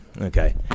Okay